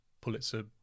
Pulitzer